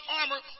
armor